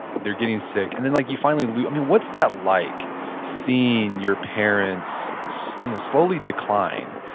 they're getting sick, and then like you finally, i mean, what's that like seeing your parents slowly decline?